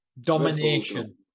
Domination